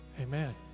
Amen